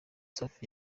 safi